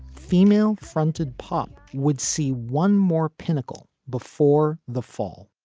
female fronted pop would see one more pinnacle before the fall